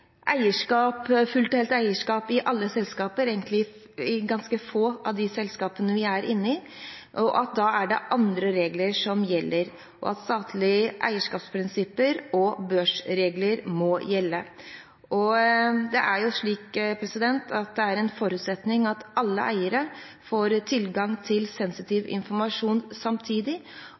eierskap i alle selskaper, egentlig i ganske få av de selskapene vi er inne i, og da er det andre regler som gjelder. Statlige eierskapsprinsipper og børsregler må gjelde. Det er jo slik at det er en forutsetning at alle eiere får tilgang til sensitiv informasjon samtidig,